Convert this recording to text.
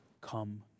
Come